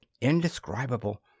indescribable